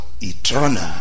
Eternal